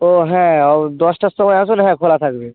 ও হ্যাঁ ও দশটার সময় আসুন হ্যাঁ খোলা থাকবে